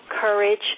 courage